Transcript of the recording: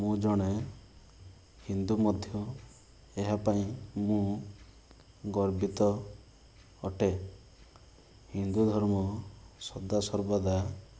ମୁଁ ଜଣେ ହିନ୍ଦୁ ମଧ୍ୟ ଏହାପାଇଁ ମୁଁ ଗର୍ବିତ ଅଟେ ହିନ୍ଦୁ ଧର୍ମ ସଦା ସର୍ବଦା